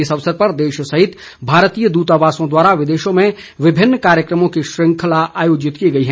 इस अवसर पर देश सहित भारतीय दूतावासों द्वारा विदेशों में विभिन्न कार्यक्रमों की श्रृंखला आयोजित की गई है